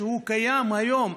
שקיים היום.